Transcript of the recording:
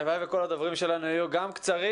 הלוואי וכל הדוברים שלנו היו גם קצרים